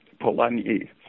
Polanyi